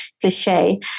cliche